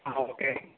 okay